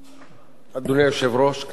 אדוני היושב-ראש, כנסת נכבדה,